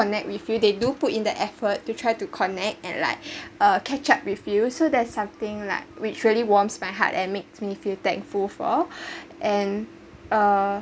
connect with you they do put in the effort to try to connect and like uh catch up with you so there's something like which really warmed my heart and makes me feel thankful for and uh